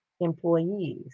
employees